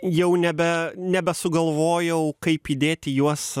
jau nebe nebesugalvojau kaip įdėti juos